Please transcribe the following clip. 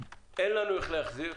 אין לנו דרך להחזיר,